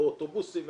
אוטובוסים,